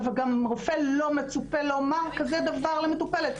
גם מהרופא לא מצופה לומר כזה דבר למטופלת,